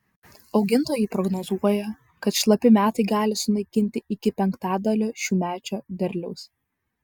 augintojai prognozuoja kad šlapi metai gali sunaikinti iki penktadalio šiųmečio derliaus